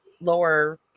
lower